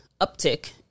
uptick